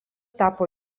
tapo